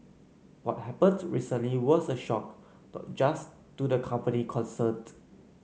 what happened recently was a shock not just to the company concerned